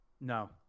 No